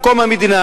עם קום המדינה,